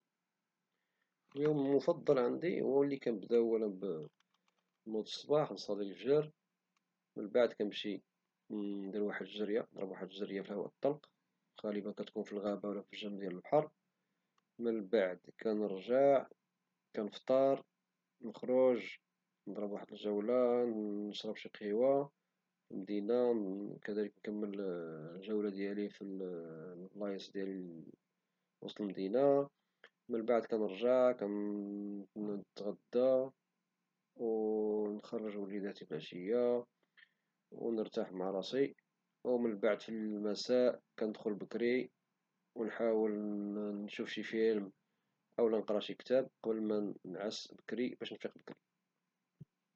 اليوم المفضل عندي هو لي كيبدا نوض في الصباح ونصلي الفجر ومن بعد كنمشي نضرب واحد الجرية في الهواء الطلق وغالبا كتكون في الغابة أو في جنب البحر من بعد كنرجع ونفطر ومنبعد كنخرج نضرب واحد الجولة نشرب شي قهيوة في المدينة وكنكمل الجولة ديالي في البلايص ديال وسط المدينة من بعد كنرجع كنتغذى ونخرج وليداتي في العشية ونرتاح مع راسي ومن بعد في المساء كندخل بكري ةكنحاول نشوف شي فيلم أو نقرا شي كتاب باش نعس بكري ونفيق بكري.